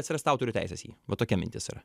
atsirast autorių teisės į jį va tokia mintis yra